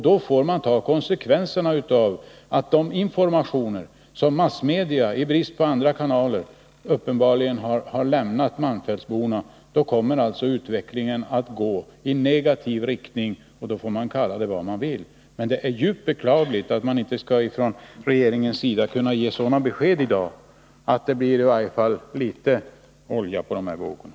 Då får man ta konsekvenserna av de informationer som massmedia i brist på andra kanaler uppenbarligen lämnat malmfältsborna. Då kommer alltså utvecklingen att gå i negativ riktning, och då får man kalla det vad man vill. Det är djupt beklagligt att man från regeringens sida inte kan ge sådana besked att det i varje fall blir litet olja på de här vågorna.